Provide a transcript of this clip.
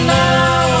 now